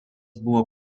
buvo